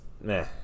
meh